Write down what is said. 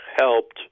helped